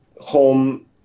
home